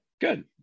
Good